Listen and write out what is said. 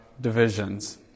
divisions